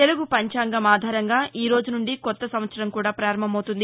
తెలుగు పంచాంగం ఆధారంగా ఈ రోజు నుండి కొత్త సంవత్సరం కూడా ప్రారంభమవుతుంది